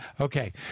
Okay